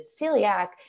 celiac